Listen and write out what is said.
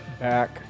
Back